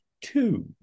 two